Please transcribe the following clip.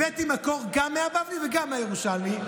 הבאתי מקור גם מהבבלי וגם מהירושלמי,